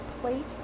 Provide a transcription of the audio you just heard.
plate